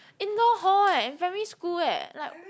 indoor hall eh in primary school eh like